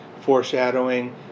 foreshadowing